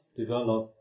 develop